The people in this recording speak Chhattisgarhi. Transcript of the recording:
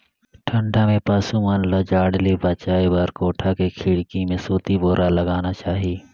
ठंडा में पसु मन ल जाड़ ले बचाये बर कोठा के खिड़की में सूती बोरा लगाना चाही